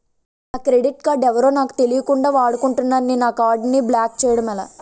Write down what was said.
నా credit card ఎవరో నాకు తెలియకుండా వాడుకున్నారు నేను నా కార్డ్ ని బ్లాక్ చేయడం ఎలా?